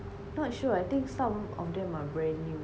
not sure I think some of them are brand new